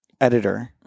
editor